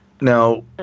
Now